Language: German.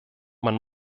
man